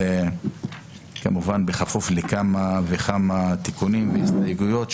ובכפוף לכמה תיקונים והסתייגויות,